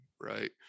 Right